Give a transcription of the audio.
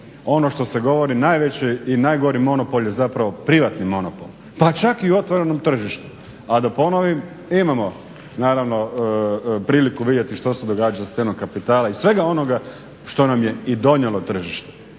ono što se govori najveće i najgori monopol je zapravo privatni monopol, pa čak i u otvorenom tržištu, a da ponovim imamo naravno priliku vidjeti što se događa sa cijenom kapitala i svega onoga što nam je i donijelo tržište.